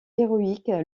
héroïque